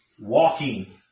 walking